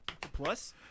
Plus